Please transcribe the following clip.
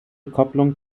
kopplung